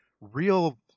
real